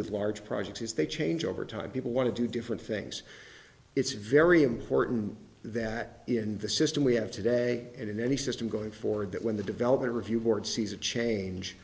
with large projects is they change over time people want to do different things it's very important that in the system we have today and in any system going forward that when the development review board sees a change